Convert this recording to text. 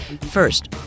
First